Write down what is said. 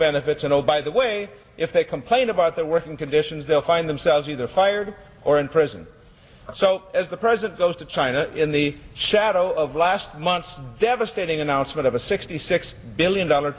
benefits and oh by the way if they complain about their working conditions they'll find themselves either fired or in prison so as the president goes to china in the shadow of last month's devastating announcement of a sixty six billion dollar